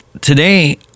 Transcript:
today